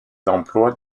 d’emploi